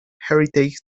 heritage